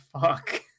fuck